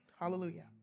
hallelujah